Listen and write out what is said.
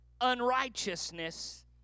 unrighteousness